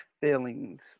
feelings